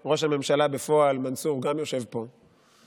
שגם ראש הממשלה בפועל, מנסור, יושב פה.